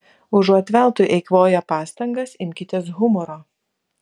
užuot veltui eikvoję pastangas imkitės humoro